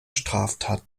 straftat